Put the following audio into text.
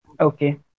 okay